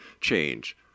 change